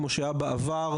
כמו שהיה בעבר,